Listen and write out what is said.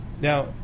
Now